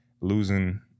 losing